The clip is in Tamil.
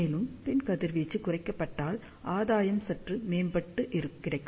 மேலும் பின் கதிர்வீச்சு குறைக்கப்பட்டால் ஆதாயமும் சற்று மேம்பட்டு கிடைக்கும்